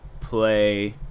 play